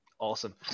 awesome